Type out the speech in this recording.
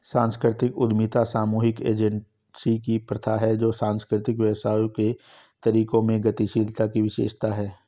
सांस्कृतिक उद्यमिता सामूहिक एजेंसी की प्रथा है जो सांस्कृतिक व्यवसायों के तरीकों में गतिशीलता की विशेषता है